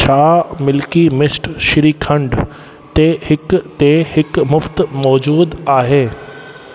छा milky mist shrikhand ते हिक ते हिक मुफ़्त मौजूदु आहे